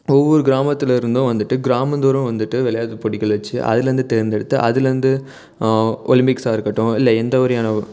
ஒவ்வொரு கிராமத்திலருந்தும் வந்துட்டு கிராமந்தோறும் வந்துட்டு விளையாட்டு போட்டிகள் வைச்சு அதிலருந்து தேர்ந்தெடுத்து அதிலருந்து ஒலிம்பிக்ஸாக இருக்கட்டும் இல்லை எந்த வகையான ஒரு